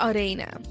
Arena